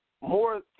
more